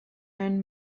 and